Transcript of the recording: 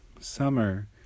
Summer